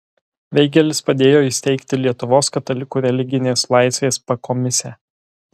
veigelis padėjo įsteigti lietuvos katalikų religinės laisvės pakomisę